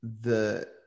the-